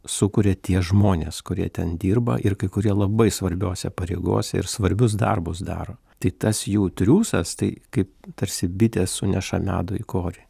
sukuria tie žmonės kurie ten dirba ir kai kurie labai svarbiose pareigose ir svarbius darbus daro tai tas jų triūsas tai kaip tarsi bitės suneša medų į korį